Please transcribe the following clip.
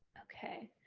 okay.